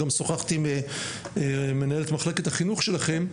גם שוחחתי עם מנהלת מחלקת החינוך שלכם,